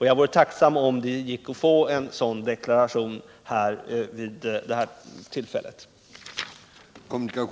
Jag vore tacksam om det ginge att få en sådan deklaration vid det här tillfället.